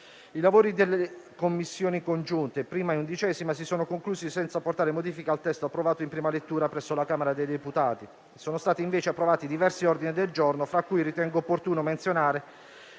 I lavori delle Commissioni congiunte 1a e 11a si sono conclusi senza apportare modifiche al testo approvato in prima lettura presso la Camera dei deputati. Sono stati invece approvati diversi ordine del giorno, fra cui ritengo opportuno menzionare